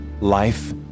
life